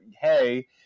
Hey